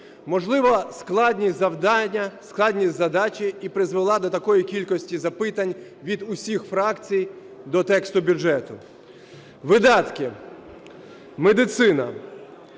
Можливо, складність завдання, складність задачі і призвела до такої кількості запитань від усіх фракцій до тексту бюджету. Видатки. Медицина.